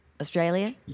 Australia